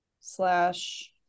slash